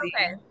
okay